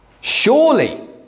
Surely